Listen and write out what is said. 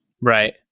Right